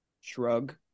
shrug